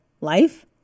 life